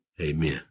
Amen